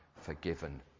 forgiven